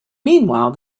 meanwhile